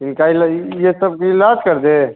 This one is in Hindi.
इनका ये सब के इलाज कर दे